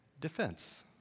defense